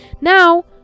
now